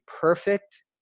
perfect